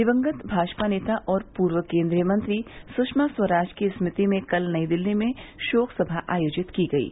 दिवंगत भाजपा नेता और पूर्व केन्द्रीय मंत्री स्षमा स्वराज की स्मृति में कल नई दिल्ली में शोक सभा आयोजित की गयी